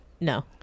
No